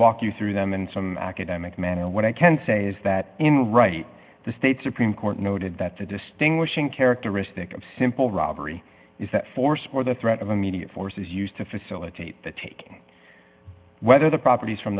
walk you through them in some academic manner what i can say is that in right the state supreme court noted that the distinguishing characteristic of simple robbery is that force or the threat of immediate force is used to facilitate the taking whether the properties from